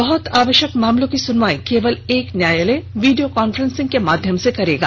बहत आवश्यक मामलों की सुनवाई केवल एक न्यायालय वीडियो कांफ्रेंसिंग के माध्यम से करेगा